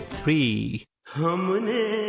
three